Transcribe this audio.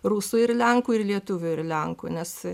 rusų ir lenkų ir lietuvių ir lenkų nes